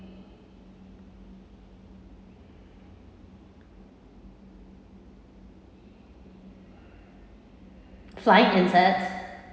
flying insect